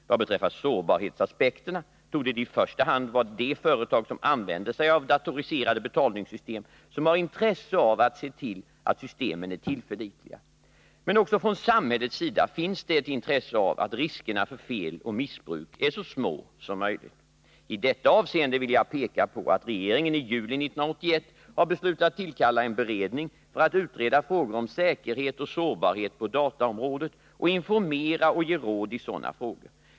Vad beträffar sårbarhetsaspekterna torde det i första hand vara de företag som använder sig av datoriserade betalningssystem som har intresse av att se till att systemen är tillförlitliga. Men också från samhällets sida finns det ett intresse av att riskerna för fel och missbruk är så små som möjligt. I detta avseende vill jag peka på att regeringen i juli 1981 har beslutat tillkalla en beredning för att utreda frågor om säkerhet och sårbarhet på dataområdet och informera och ge råd i sådana frågor.